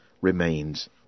remains